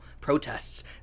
protests